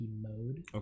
mode